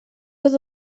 was